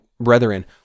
brethren